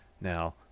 Now